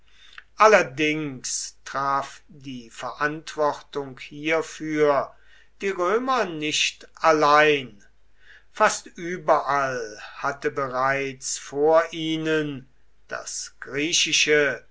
allerdings traf die verantwortung hierfür die römer nicht allein fast überall hatte bereits vor ihnen das griechische